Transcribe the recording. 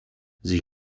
sie